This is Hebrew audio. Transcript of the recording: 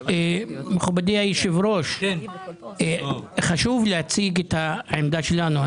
מכובדי היושב ראש, חשוב להציג את העמדה שלנו.